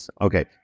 Okay